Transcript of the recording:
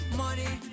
money